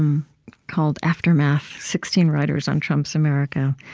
called aftermath sixteen writers on trump's america.